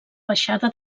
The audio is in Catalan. baixada